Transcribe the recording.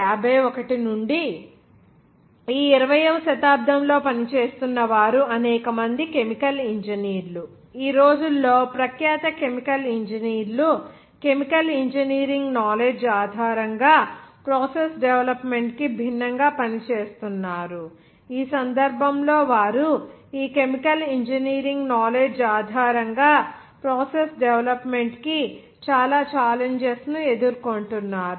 1951 నుండి ఈ 20 వ శతాబ్దం లో పనిచేస్తున్న వారు అనేక మంది కెమికల్ ఇంజనీర్లు ఈ రోజుల్లో ప్రఖ్యాత కెమికల్ ఇంజనీర్లు కెమికల్ ఇంజనీరింగ్ నాలెడ్జి ఆధారంగా ప్రాసెస్ డెవలప్మెంట్ కి భిన్నంగా పనిచేస్తున్నారు ఈ సందర్భంలో వారు ఈ కెమికల్ ఇంజనీరింగ్ నాలెడ్జి ఆధారంగా ప్రాసెస్ డెవలప్మెంట్ కి చాలా ఛాలెంజెస్ ను ఎదుర్కొంటున్నారు